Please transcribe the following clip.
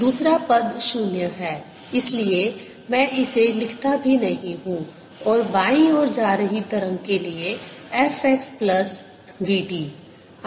दूसरा पद 0 है इसलिए मैं इसे लिखता भी नहीं हूं या बाएं ओर जा रही तरंग के लिए f x plus v t